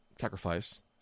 sacrifice